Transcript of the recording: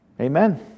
Amen